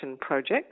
project